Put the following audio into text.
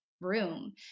room